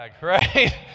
Right